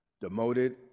Demoted